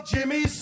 Jimmy